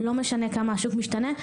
לא משנה כמה השוק משתנה,